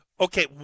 Okay